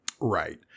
Right